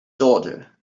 daughter